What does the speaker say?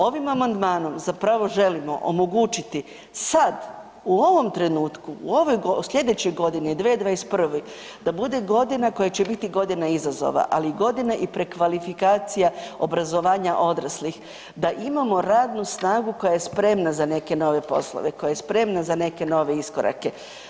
Ovim amandmanom zapravo želimo omogućiti sad u ovom trenutku u sljedećoj godini 2021. da bude godina koja će biti godina izazova, ali godina i prekvalifikacija obrazovanja odraslih, da imamo radnu snagu koja je spremna za neke nove poslove, koja je spremna za neke nove iskorake.